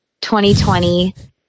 2020